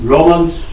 Romans